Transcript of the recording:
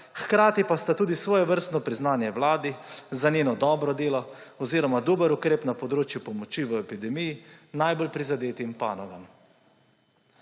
hkrati pa sta tudi svojevrstno priznanje vladi za njeno dobro delo oziroma dober ukrep na področju pomoči v epidemiji najbolj prizadetim panogam.